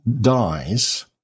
dies